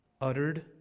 uttered